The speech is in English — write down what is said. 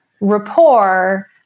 rapport